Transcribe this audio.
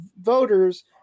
voters